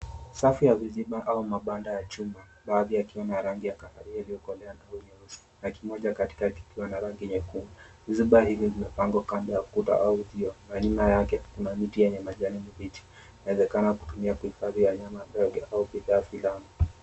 Safu ya viziba au mabanda ya chuma, baadhi yakiwa ni ya rangi ya kahawia iliyokolea na kimoja katikati kikiwa na rangi nyekundu. Viziba hizi vimepangwa kando ya ukuta au uzio na nyuma yake kuna miti yenye majani mabichi inawezekana kutumiwa kuhifadhi wanyama au picha ya filamu.